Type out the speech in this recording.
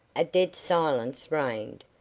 a dead silence reigned,